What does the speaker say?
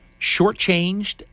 Shortchanged